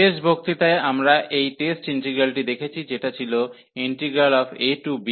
শেষ বক্তৃতায় আমরা এই টেস্ট ইন্টিগ্রালটি দেখেছি যেটা ছিল ab1x apdx